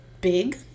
big